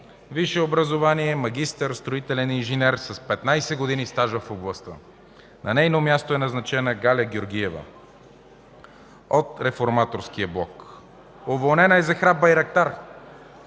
Висше образование, магистър, строителен инженер с 15 години стаж в областта. На нейно място е назначена Галя Георгиева от Реформаторския блок. Уволнена е Зехра Байрактар,